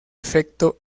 efecto